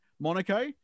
Monaco